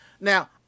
now